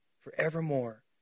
Forevermore